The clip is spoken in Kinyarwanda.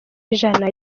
ijana